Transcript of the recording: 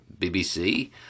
BBC